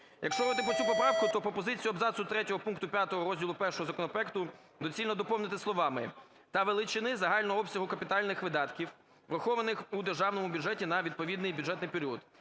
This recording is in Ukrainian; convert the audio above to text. Якщо говорити про цю поправку, то пропозицію абзацу 3 пункту 5 розділу І законопроекту доцільно доповнити словами "та величини загального обсягу капітальних видатків, врахованих у Державному бюджеті на відповідний бюджетний період